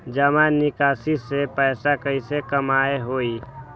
जमा निकासी से पैसा कईसे कमाई होई?